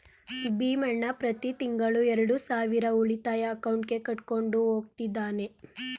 ಭೀಮಣ್ಣ ಪ್ರತಿ ತಿಂಗಳು ಎರಡು ಸಾವಿರ ಉಳಿತಾಯ ಅಕೌಂಟ್ಗೆ ಕಟ್ಕೊಂಡು ಹೋಗ್ತಿದ್ದಾನೆ